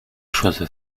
chose